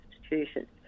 institutions